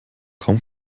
kaum